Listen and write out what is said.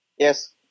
Yes